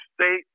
state